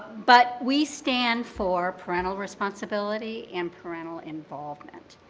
but we stand for parental responsibility and parental involvement.